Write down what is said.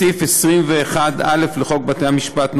בסעיף 21א לחוק בתי-המשפט ,